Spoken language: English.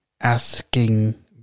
asking